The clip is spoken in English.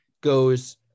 goes